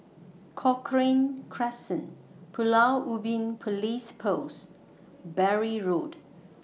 Cochrane Crescent Pulau Ubin Police Post Bury Road